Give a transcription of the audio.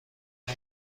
اون